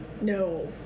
No